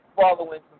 following